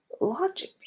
logic